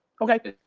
okay.